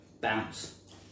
Bounce